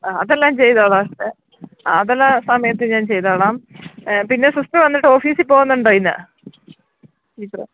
ആ അതെല്ലാം ചെയ്തോളാം സിസ്റ്ററെ ആ അതെല്ലാം സമയത്ത് ഞാൻ ചെയ്തോളാം പിന്നെ സിസ്റ്റർ വന്നിട്ട് ഓഫീസിൽ പോകുന്നുണ്ടോ ഇന്ന് ടീച്ചർ